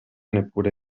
neppure